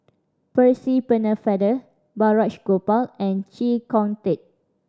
Percy Pennefather Balraj Gopal and Chee Kong Tet